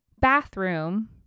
bathroom